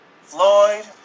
Floyd